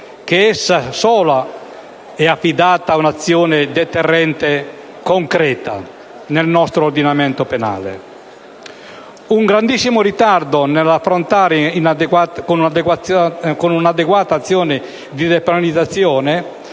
che ad essa sola è affidata un'azione deterrente concreta da parte del nostro ordinamento penale. Un grandissimo ritardo nell'affrontare il problema con un'adeguata azione di depenalizzazione